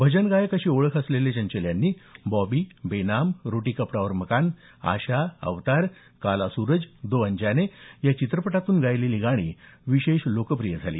भजन गायक अशी ओळख असलेले चंचल यांनी बॉबी बेनाम रोटी कपडा और मकान आशा अवतार काला सूरज दोन अनजाने या चित्रपटांतून गायलेली गाणी विशेष लोकप्रिय झाली